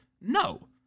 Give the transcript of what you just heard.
No